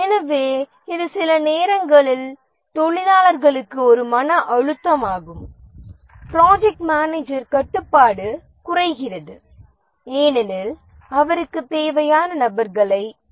எனவே இது சில நேரங்களில் தொழிலாளர்களுக்கு ஒரு மன அழுத்தமாகும் ப்ராஜெக்ட் மேனேஜர் கட்டுப்பாடு குறைகிறது ஏனெனில் அவருக்குத் தேவையான நபர்களை அவர் சரியாகப் பெற முடியாது